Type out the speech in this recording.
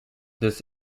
this